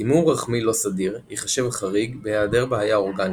דימום רחמי לא סדיר ייחשב חריג בהיעדר בעיה אורגנית,